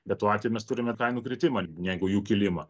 bet tuo atveju mes turime ir kainų kritimą negu jų kilimą